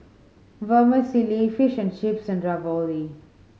Vermicelli Fish and Chips and Ravioli